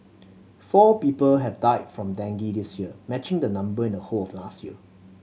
four people have died from dengue this year matching the number in the whole of last year